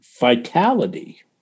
vitality